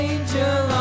Angel